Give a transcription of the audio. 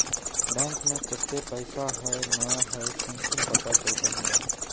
Bank में केते पैसा है ना है कुंसम पता चलते हमरा?